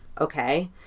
Okay